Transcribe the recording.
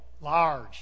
large